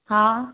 हा